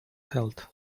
health